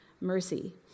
mercy